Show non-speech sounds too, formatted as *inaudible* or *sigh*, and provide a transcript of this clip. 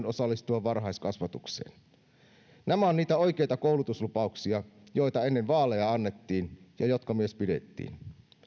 *unintelligible* osallistua varhaiskasvatukseen nämä ovat niitä oikeita koulutuslupauksia joita ennen vaaleja annettiin ja jotka myös pidettiin